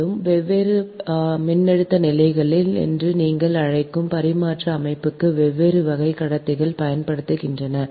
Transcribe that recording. மேலும் வெவ்வேறு மின்னழுத்த நிலைகள் என்று நீங்கள் அழைக்கும் பரிமாற்ற அமைப்புக்கு வெவ்வேறு வகை கடத்திகள் பயன்படுத்தப்படுகின்றன